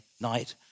night